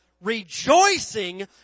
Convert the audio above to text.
rejoicing